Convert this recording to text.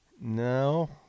No